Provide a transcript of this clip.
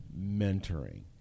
mentoring